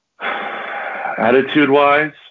Attitude-wise